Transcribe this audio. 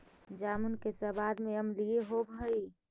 जामुन के सबाद में अम्लीयन होब हई